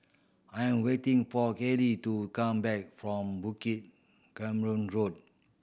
I am waiting for Keely to come back from Bukit Road